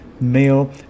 male